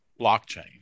blockchain